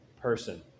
person